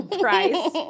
Price